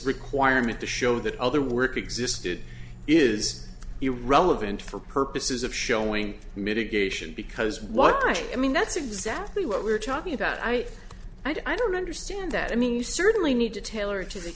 requirement to show that other work existed is irrelevant for purposes of showing mitigation because what i mean that's exactly what we're talking about i i don't understand that i mean you certainly need to tailor to the